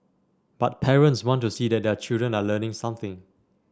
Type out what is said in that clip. but parents want to see that their children are learning something